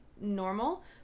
normal